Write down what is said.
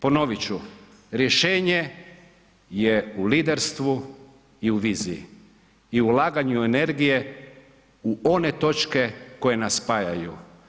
Ponovit ću, rješenje je u liderstvu i u viziji i u ulaganju energije u one točke koje nas spajaju.